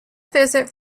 visit